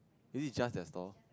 is it just that stall